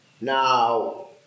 Now